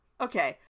Okay